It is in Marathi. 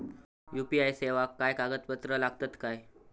यू.पी.आय सेवाक काय कागदपत्र लागतत काय?